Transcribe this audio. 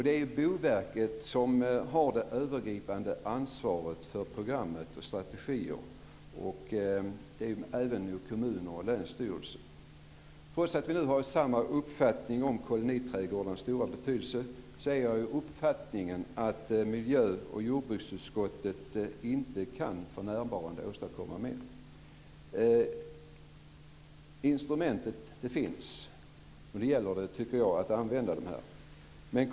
Det är Boverket som har det övergripande ansvaret för programmet och strategierna, och även kommuner och länsstyrelse. Trots att vi nu har samma uppfattning om koloniträdgårdarnas stora betydelse så är jag av uppfattningen att miljö och jordbruksutskottet för närvarande inte kan åstadkomma mer. Instrumentet finns, och nu gäller det att använda det.